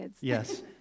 Yes